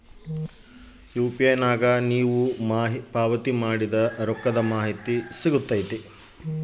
UPI ನಾಗ ನಾನು ಪಾವತಿ ಮಾಡಿದ ರೊಕ್ಕದ ಮಾಹಿತಿ ಸಿಗುತೈತೇನ್ರಿ?